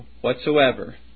whatsoever